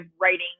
writing